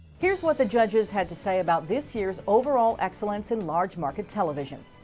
here's what the judges had to say about this year's overall excellence in large market television.